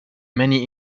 many